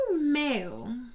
male